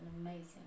amazing